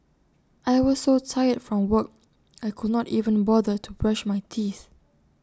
I was so tired from work I could not even bother to brush my teeth